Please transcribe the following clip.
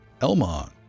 Elmon